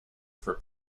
for